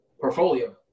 portfolio